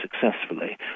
successfully